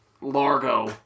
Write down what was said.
Largo